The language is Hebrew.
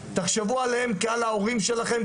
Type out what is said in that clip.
תחשבו עליהם כעל ההורים שלכם,